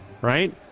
right